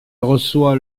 reçoit